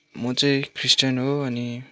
म चाहिँ ख्रिस्टियन हो अनि